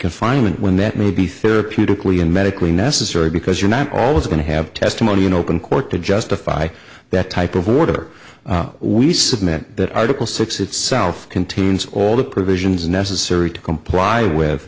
confinement when that may be therapeutically and medically necessary because you're not always going to have testimony in open court to justify that type of order we submit that article six itself contains all the provisions necessary to comply with